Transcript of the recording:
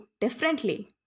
differently